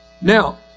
Now